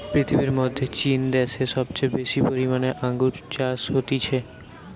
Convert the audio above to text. পৃথিবীর মধ্যে চীন দ্যাশে সবচেয়ে বেশি পরিমানে আঙ্গুর চাষ হতিছে